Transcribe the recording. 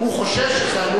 הוא חושש שזה עלול,